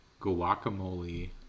guacamole